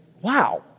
wow